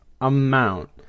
amount